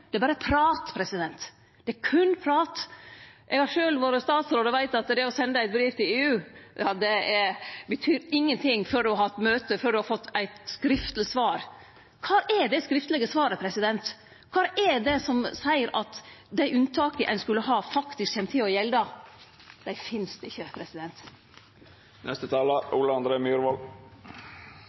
det er berre prat, det er ikkje anna enn prat. Eg har sjølv vore statsråd og veit at det å sende eit brev til EU betyr ingenting før ein har hatt møte, før ein har fått eit skriftleg svar. Kvar er det skriftlege svaret? Kvar er det som seier at det unntaket ein skulle ha, faktisk kjem til å gjelde? Det finst ikkje.